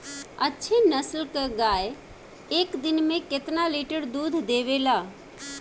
अच्छी नस्ल क गाय एक दिन में केतना लीटर दूध देवे ला?